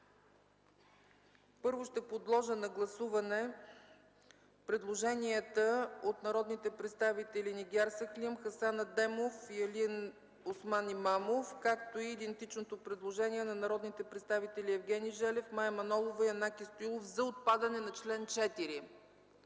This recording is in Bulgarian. Първо ще подложа на гласуване предложенията от народните представители Нигяр Сахлим, Хасан Адемов и Алиосман Имамов, както и идентичното предложение на народните представители Евгений Желев, Мая Манолова, Янаки Стоилов за отпадане на чл. 4.